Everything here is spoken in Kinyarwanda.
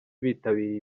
bitabiriye